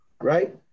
right